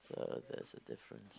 so that's a difference